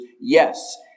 yes